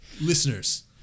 Listeners